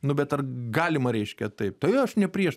nu bet ar galima reiškia taip tai aš ne prieš